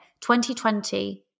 2020